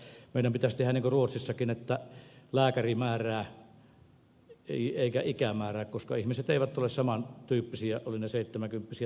minä olin aina sitä mieltä että meidän pitäisi tehdä niin kuin ruotsissakin että lääkäri määrää eikä ikä määrää koska ihmiset eivät ole saman tyyppisiä olivat he seitsemänkymppisiä tai viisikymppisiä